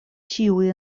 ĉiuj